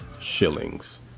shillings